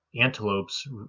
antelopes